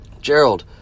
Gerald